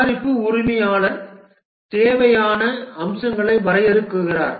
தயாரிப்பு உரிமையாளர் தேவையான அம்சங்களை வரையறுக்கிறார்